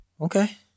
Okay